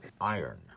Iron